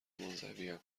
منزوین